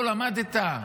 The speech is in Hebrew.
לא למדת?